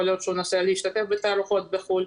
יכול להיות שהוא נוסע להשתתף בתערוכות בחו"ל,